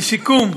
לסיכום,